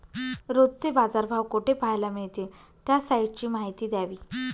रोजचे बाजारभाव कोठे पहायला मिळतील? त्या साईटची माहिती द्यावी